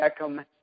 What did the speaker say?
Beckham